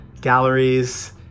galleries